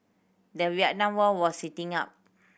the Vietnam War was heating up